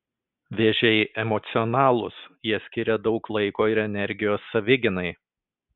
vėžiai emocionalūs jie skiria daug laiko ir energijos savigynai